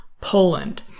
Poland